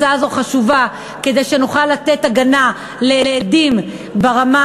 הצעה זו חשובה כדי שנוכל לתת הגנה לעדים ברמה,